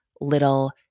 little